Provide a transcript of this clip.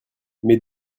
mais